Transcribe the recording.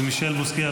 של מישל בוסקילה,